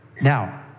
Now